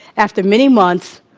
after many months,